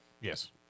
Yes